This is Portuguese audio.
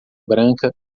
branca